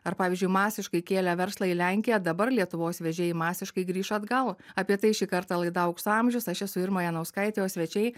ar pavyzdžiui masiškai kėlę verslą į lenkiją dabar lietuvos vežėjai masiškai grįš atgal apie tai šį kartą laida aukso amžius aš esu irma janauskaitė o svečiai